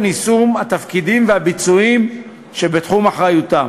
יישום התפקידים והביצועים שבתחום אחריותם.